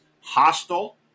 Hostile